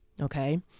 Okay